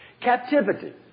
Captivity